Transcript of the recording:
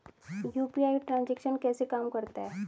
UPI transaction कैसे काम करता है?